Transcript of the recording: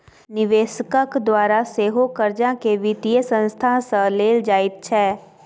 निवेशकक द्वारा सेहो कर्जाकेँ वित्तीय संस्था सँ लेल जाइत छै